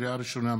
לקריאה ראשונה,